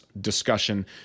discussion